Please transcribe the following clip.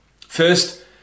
First